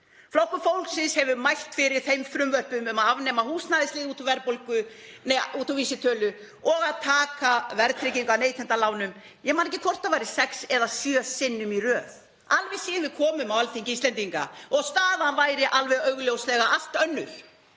Flokkur fólksins hefur mælt fyrir frumvörpum um að afnema húsnæðisliðinn úr vísitölu og að taka verðtryggingu af neytendalánum. Ég man ekki hvort það var sex eða sjö sinnum í röð, alveg síðan við komum á Alþingi Íslendinga, og staðan væri alveg augljóslega allt önnur